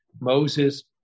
Moses